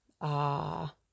Ah